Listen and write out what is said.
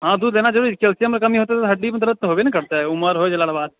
हँ दूध देनाइ जरुरी छै कैल्सियम के कमी हेतै तऽ हड्डी मे दरद तऽ हेबे ने करतै ऊमर हो गेला के बाद